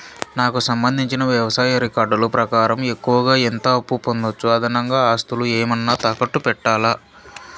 నాకు సంబంధించిన వ్యవసాయ రికార్డులు ప్రకారం ఎక్కువగా ఎంత అప్పు పొందొచ్చు, అదనంగా ఆస్తులు ఏమన్నా తాకట్టు పెట్టాలా?